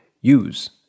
use